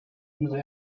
user